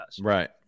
Right